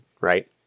right